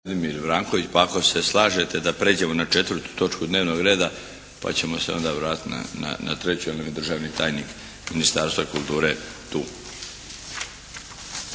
Vladimir Vranković. Pa ako se slažete da pređemo na 4. točku dnevnog reda pa ćemo se onda vratiti na treću jer nam je državni tajnik Ministarstva kulture tu.